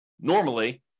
normally